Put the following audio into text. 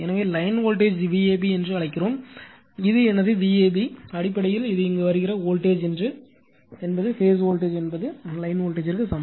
எனவே line voltage Vab என்று அழைக்கிறோம் இது எனது Vab அடிப்படையில் இது இங்கு வருகிற வோல்டேஜ் என்பது பேஸ் வோல்டேஜ் என்பது லைன் வோல்டேஜ் ற்கு சமம்